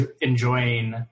enjoying